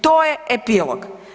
To je epilog.